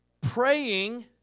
praying